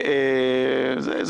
לדעתי,